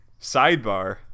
Sidebar